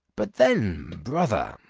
but then, brother,